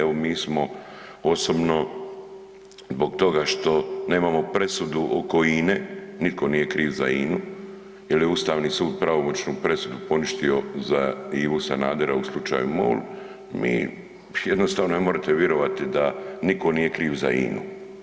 Evo, mi smo osobno zbog toga što nemamo presudu oko INA-e, nitko nije kriv za INA-u jer je Ustavni sud pravomoćnu presudu poništio za Ivu Sanadera u slučaju MOL, mi jednostavno ne možete vjerovati da nitko nije kriv za INA-u.